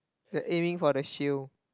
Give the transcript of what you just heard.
they are aiming for the shield